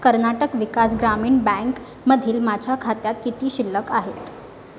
कर्नाटक विकास ग्रामीण बँकमधील माझ्या खात्यात किती शिल्लक आहेत